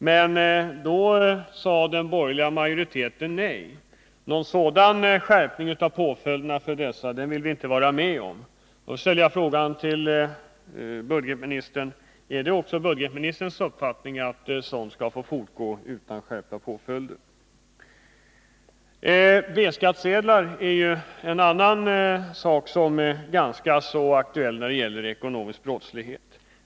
Men då sade den borgerliga majoriteten nej. Någon sådan skärpning av påföljderna ville inte de borgerliga vara med om. Jag ställer nu frågan till budgetministern: Är det också budgetministerns uppfattning att undandragandet av källskatt och arbetsgivaravgifter skall få fortgå utan skärpta påföljder? B-skattsedlarna är också ganska aktuella när det gäller ekonomisk brottslighet.